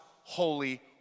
holy